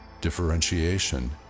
Differentiation